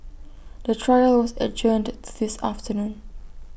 the trial was adjourned to this afternoon